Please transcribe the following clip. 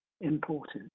important